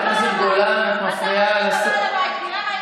אתה הלכת, תראה מה יהיה.